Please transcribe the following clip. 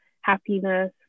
happiness